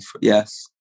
Yes